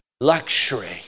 luxury